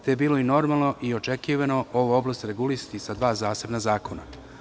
To je bilo normalno i očekivano, ovu oblast regulisati sa dva zasebna zakona.